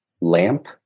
Lamp